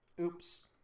Oops